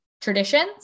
traditions